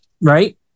Right